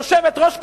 יושבת-ראש קדימה?